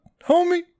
homie